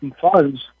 funds